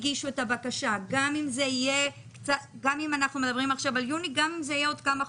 על פי זה אפשר יהיה גם לווסת את הכניסה של העובדים